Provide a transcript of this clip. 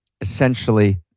essentially